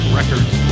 Records